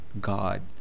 god